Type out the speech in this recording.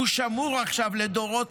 הוא שמור עכשיו לדורות,